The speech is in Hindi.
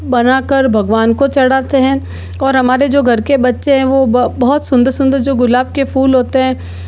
बनाकर भगवान को चढ़ाते हैं और हमारे जो घर के बच्चे हैं वो बहुत सुंदर सुंदर जो गुलाब के फ़ूल होते हैं